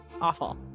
awful